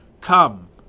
Come